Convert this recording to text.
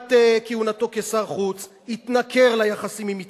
מתחילת כהונתו כשר חוץ הוא התנכר ליחסים